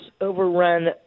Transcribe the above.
overrun